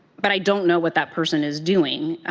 but, i don't know what that person is doing.